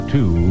Two